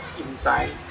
inside